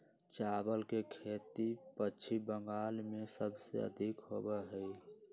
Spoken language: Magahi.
चावल के खेती पश्चिम बंगाल में सबसे अधिक होबा हई